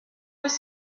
was